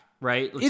right